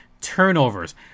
turnovers